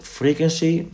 frequency